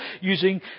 using